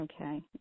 Okay